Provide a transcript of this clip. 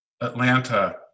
Atlanta